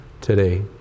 today